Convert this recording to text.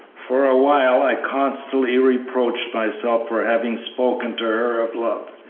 for a while i constantly reproached myself for having spoken to her of love,